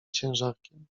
ciężarkiem